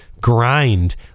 grind